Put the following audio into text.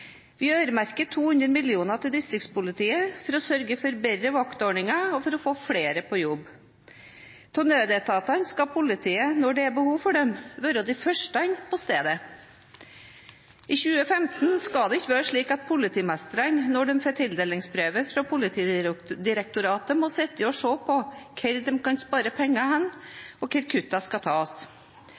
få flere på jobb. Av nødetatene skal politiet, når det er behov for det, være de første på stedet. I 2015 skal det ikke være slik at politimesterne, når de får tildelingsbrevet fra Politidirektoratet, må sitte og se på hvor de kan spare penger, og hvor kuttene skal tas.